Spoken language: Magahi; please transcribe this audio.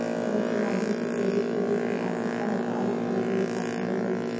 बैंक के माध्यम से क्रेडिट के रूप में आर्थिक सहायता अल्पकाल के लिए प्राप्त होवऽ हई